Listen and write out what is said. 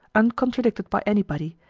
uncontradicted by any body,